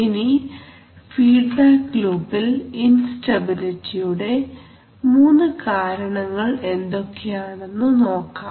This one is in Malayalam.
ഇനി ഫീഡ്ബാക്ക് ലൂപിൽ ഇൻസ്റ്റബിലിറ്റിയുടെ മൂന്ന് കാരണങ്ങൾ എന്തൊക്കെയാണെന്നു നോക്കാം